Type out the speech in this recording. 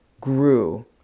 grew